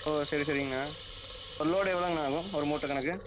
ஓ சரி சரிங்ண்ணா லோடு எவ்ளோங்கணா ஆகும் ஒரு மூட்டை கணக்கு